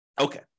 Okay